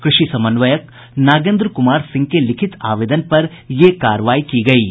कृषि समन्वयक नागेन्द्र कुमार सिंह के लिखित आवेदन पर यह कार्रवाई की गयी है